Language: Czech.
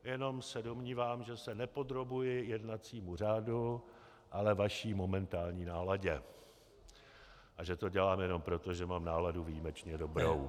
Jenom se domnívám, že se nepodrobuji jednacímu řádu, ale vaší momentální náladě a že to dělám proto, že mám náladu výjimečně dobrou.